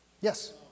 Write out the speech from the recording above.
Yes